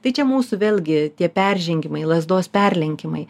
tai čia mūsų vėlgi tie peržengimai lazdos perlenkimai